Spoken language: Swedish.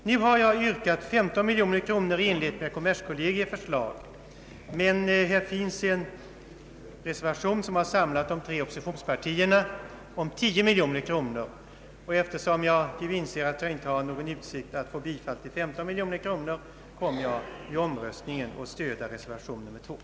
Jag har yrkat 15 miljoner kronor i enlighet med kommerskollegii förslag, men det finns en reservation på 10 miljoner kronor som har samlat de tre oppositionspartierna. Eftersom jag inser att jag inte har någon utsikt att få bifall till 15 miljoner kronor, kommer jag vid omröstningen att stödja reservationen.